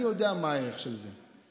אני יודע מה הערך של זה,